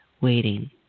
waiting